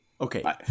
Okay